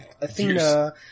Athena